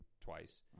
twice